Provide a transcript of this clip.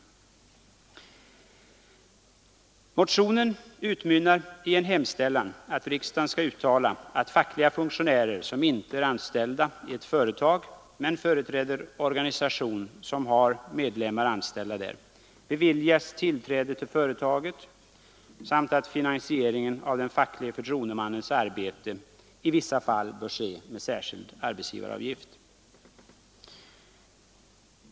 Motionen utmynnar i en hemställan att riksdagen skall uttala att fackliga funktionärer som inte är anställda i ett företag men företräder organisation som har medlemmar anställda där beviljas tillträde till företaget samt att finansieringen av den fackliga förtroendemannens arbete i vissa fall bör ske med särskild arbetsgivaravgift.